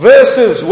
Verses